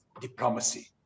diplomacy